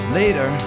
later